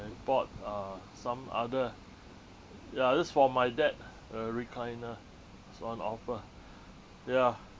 and bought uh some other ya that's for my dad a recliner it's on offer ya